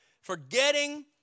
forgetting